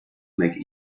make